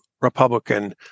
Republican